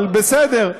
אבל בסדר,